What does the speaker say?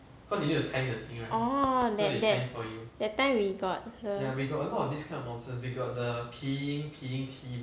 oh that that that time we got the